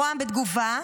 רה"מ בתגובה: